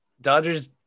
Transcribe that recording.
Dodgers